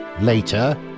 Later